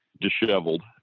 disheveled